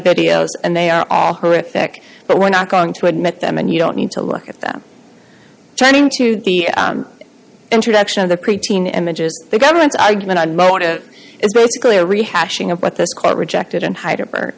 videos and they are all horrific but we're not going to admit them and you don't need to look at them trying to the introduction of the preteen images the government's argument on motive is basically a rehashing of what this court rejected and